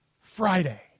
Friday